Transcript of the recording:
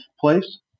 place